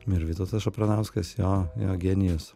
ir vytautas šapranauskas jo jo genijus